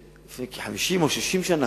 לפני כ-50 או 60 שנה,